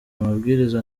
amabwiriza